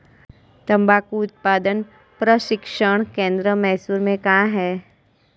तंबाकू उत्पादन प्रशिक्षण केंद्र मैसूर में कहाँ है?